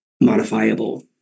modifiable